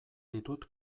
ditut